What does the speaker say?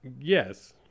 Yes